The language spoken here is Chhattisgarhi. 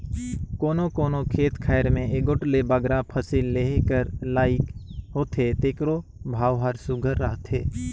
कोनो कोनो खेत खाएर में एगोट ले बगरा फसिल लेहे कर लाइक होथे तेकरो भाव हर सुग्घर रहथे